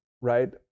right